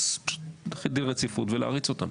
להחיל דין רציפות ולהריץ אותם.